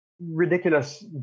ridiculous